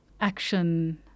action